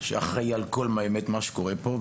שאחראי על כל מה שקורה פה.